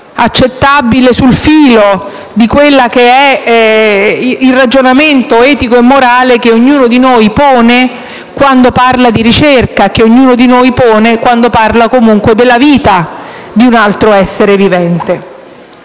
accettabile sul filo di quello che è il ragionamento etico e morale che ognuno di noi pone quando parla di ricerca e quando parla comunque della vita di un altro essere vivente.